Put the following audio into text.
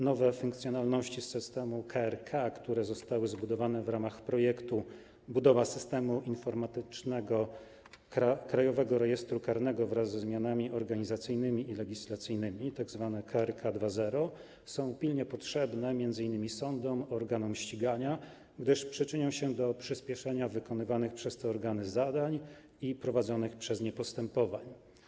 Nowe funkcjonalności systemu KRK, które zostały zbudowane w ramach projektu budowy systemu informatycznego Krajowego Rejestru Karnego wraz ze zmianami organizacyjnymi i legislacyjnymi, tzw. KRK 2.0, są pilnie potrzebne m.in. sądom i organom ścigania, gdyż przyczynią się do przyśpieszenia wykonywanych przez te organy zadań i prowadzonych przez nie postępowań.